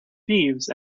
thieves